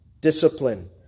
discipline